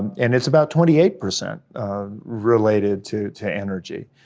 and it's about twenty eight percent related to to energy.